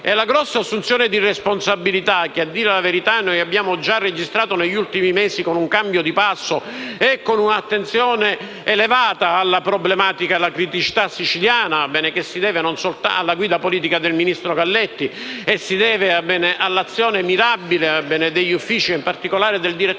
di una grande assunzione di responsabilità. A dire la verità, l'abbiamo già registrata negli ultimi mesi con un cambio di passo e con un'attenzione elevata alla problematica e alla criticità siciliana, il che si deve alla guida politica del ministro Galletti e all'azione mirabile degli uffici (in particolare del direttore generale